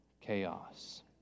chaos